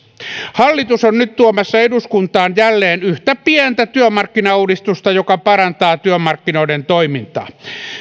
hallitus on nyt tuomassa eduskuntaan jälleen yhtä pientä työmarkkinauudistusta joka parantaa työmarkkinoiden toimintaa